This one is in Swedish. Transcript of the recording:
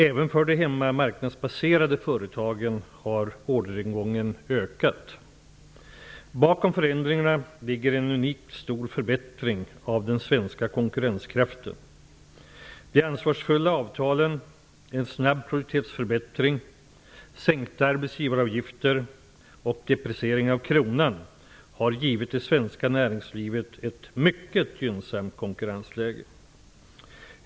Även för de hemmamarknadsbaserade företagen har orderingången ökat. Bakom förändringarna ligger en unikt stor förbättring av den svenska konkurrenskraften. De ansvarsfulla avtalen, en snabb produktivitetsförbättring, sänkta arbetsgivaravgifter samt deprecieringen av kronan har givit det svenska näringslivet ett mycket gynnsamt konkurrensläge.